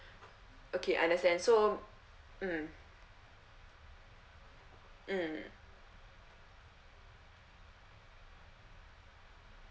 okay understand so mm mm